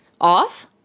off